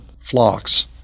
flocks